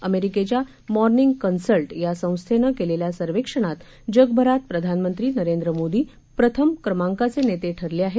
अमेरिकेच्या Morning Consult या संस्थेनं केलेल्या सर्वेक्षणात जगभरात प्रधानमंत्री नरेंद्र मोदी प्रथम क्रमांकाचे नेते ठरले आहेत